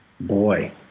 boy